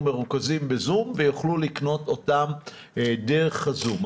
מרוכזים בזום ויוכלו לקנות אותם דרך הזום.